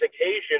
occasion